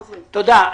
תודה.